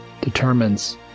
determines